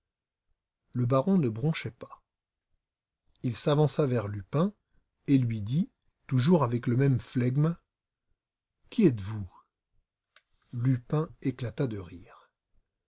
le baron ne bronchait pas il s'avança vers lupin et lui dit toujours avec le même flegme qui êtes-vous lupin éclata de rire